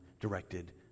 directed